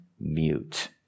mute